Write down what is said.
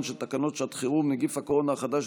של תקנות שעת חירום (נגיף הקורונה החדש,